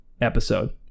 episode